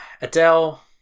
Adele